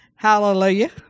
Hallelujah